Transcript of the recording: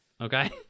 okay